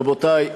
רבותי,